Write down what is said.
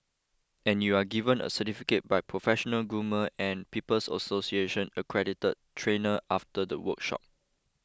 and you are given a certificate by professional groomer and People's Association accredited trainer after the workshop